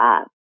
up